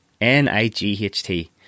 N-I-G-H-T